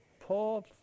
poor